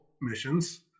missions